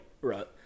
Right